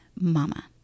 mama